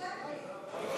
סטודנטים.